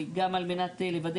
צריך לוודא